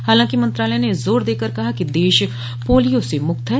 हालांकि मंत्रालय ने जोर देकर कहा है कि देश पोलियो से मुक्त है